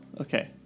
okay